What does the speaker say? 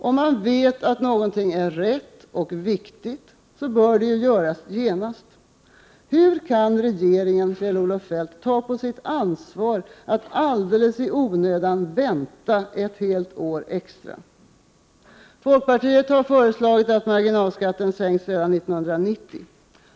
Om man vet att något är rätt och viktigt, bör man handla genast. Hur kan regeringen, Kjell-Olof Feldt, ta på sitt ansvar att alldeles i onödan vänta ett helt år extra? Folkpartiet har föreslagit att marginalskatten sänks redan 1990.